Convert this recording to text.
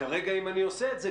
כרגע אם אני עושה את זה,